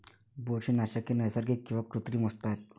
बुरशीनाशके नैसर्गिक किंवा कृत्रिम असतात